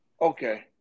okay